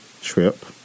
trip